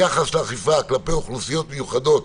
יחס לאכיפה כלפי אוכלוסיות מיוחדות,